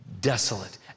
Desolate